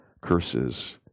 curses